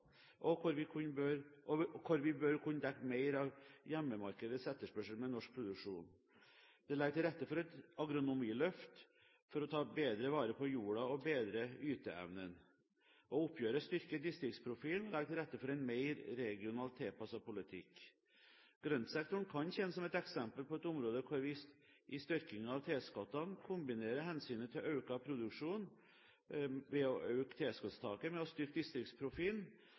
og hvor vi bør kunne dekke mer av hjemmemarkedets etterspørsel med norsk produksjon. Det legger til rette for et agronomiløft for å ta bedre vare på jorda og bedre yteevnen. Og oppgjøret styrker distriktsprofilen og legger til rette for en mer regionalt tilpasset politikk. Grøntsektoren kan tjene som eksempel på et område hvor vi i styrkingen av tilskuddene kombinerer hensynet til økt produksjon, ved å øke tilskuddstaket, med å